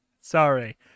Sorry